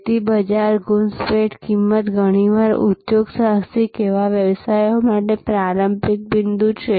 તેથી બજાર ઘૂંસપેંઠ કિંમત ઘણીવાર ઉદ્યોગસાહસિક સેવા વ્યવસાયો માટે પ્રારંભિક બિંદુ છે